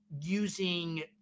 using